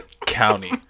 County